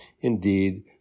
Indeed